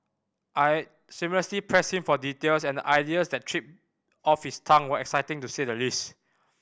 I shamelessly pressed him for details and the ideas that tripped off his tongue were exciting to say the least